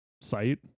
Site